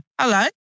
hello